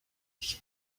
ich